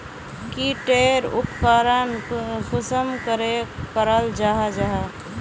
की टेर उपकरण कुंसम करे कराल जाहा जाहा?